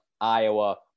Iowa